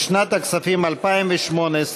של המחנה הציוני,